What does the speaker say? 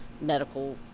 medical